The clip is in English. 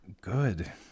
good